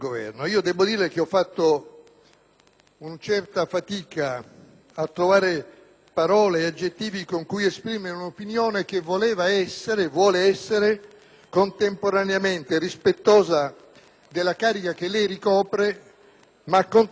parole e aggettivi con cui esprimere un'opinione che voleva e vuole essere contemporaneamente rispettosa della carica che lei ricopre, ma anche franca e sincera nel giudizio sui contenuti del suo intervento.